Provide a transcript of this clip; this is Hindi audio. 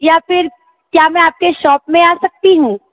या फिर क्या मैं आप के शॉप में आ सकती हूँ